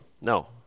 No